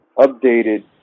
updated